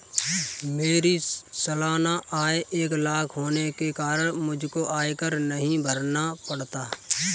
मेरी सालाना आय एक लाख होने के कारण मुझको आयकर नहीं भरना पड़ता